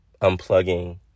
unplugging